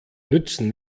nützen